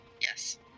Yes